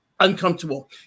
uncomfortable